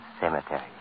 cemetery